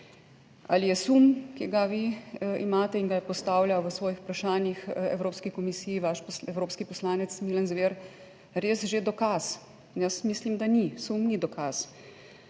Ali je sum, ki ga vi imate in ga je postavljal v svojih vprašanjih Evropski komisiji vaš evropski poslanec Milan Zver, res že dokaz? Jaz mislim, da ni sum, ni dokaz.